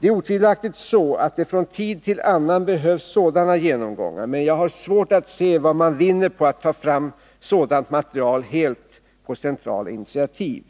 Det är otvivelaktigt så att det från tid till annan behövs sådana genomgångar, men jag har svårt att se vad man vinner på att ta fram sådant material helt på centrala initiativ.